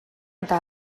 eta